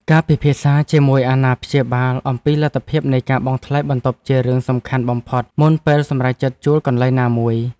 ការពិភាក្សាជាមួយអាណាព្យាបាលអំពីលទ្ធភាពនៃការបង់ថ្លៃបន្ទប់ជារឿងសំខាន់បំផុតមុនពេលសម្រេចចិត្តជួលកន្លែងណាមួយ។